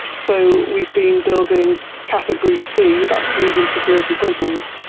so we've been building category c, that's medium security prisons,